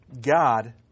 God